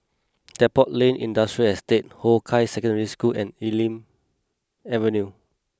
Depot Lane Industrial Estate Hong Kah Secondary School and Elm Avenue